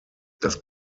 das